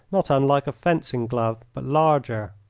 not unlike a fencing glove, but larger.